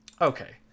Okay